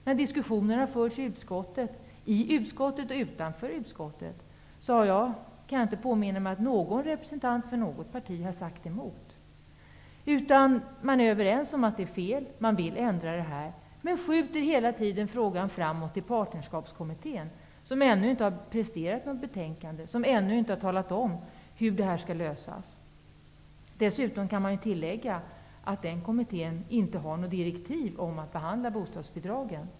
Jag kan inte påminna mig att när diskussionerna förts i utskottet och utanför utskottet någon representant för något parti har sagt emot. Man är överens om att förhållandena är felaktiga och man vill ändra dem, men skjuter hela tiden över frågan till Partnerskapskommittén, som ännu inte har presterat något betänkande och som ännu inte har talat om hur detta skall lösas. Det kan dessutom tilläggas att denna kommitté inte har något direktiv att behandla bostadsbidragen.